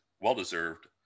well-deserved